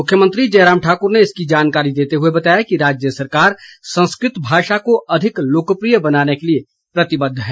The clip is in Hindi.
मुख्यमंत्री जयराम ठाकुर ने इसकी जानकारी देते हुए बताया कि राज्य सरकार संस्कृत भाषा को अधिक लोकप्रिय बनाने के लिए प्रतिबद्ध है